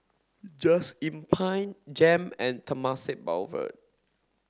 just Inn Pine JEM and Temasek Boulevard